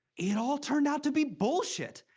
it all turned out to be bullshit!